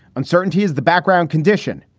uncertainty is the background condition.